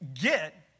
get